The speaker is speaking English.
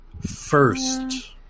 First